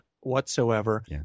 whatsoever